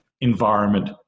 environment